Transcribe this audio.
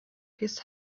his